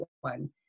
one